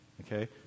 okay